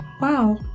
wow